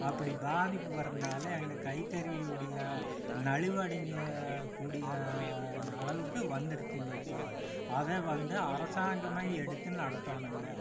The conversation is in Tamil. அப்படி பாதிப்பு வர்றதனால எங்கள் கைத்தறியுடைய நலிவடைஞ்ச கூடிய அளவுக்கு வந்துருச்சுங்க இப்போ அதை வந்து அரசாங்கமே எடுத்து நடத்தணுங்க